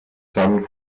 sudden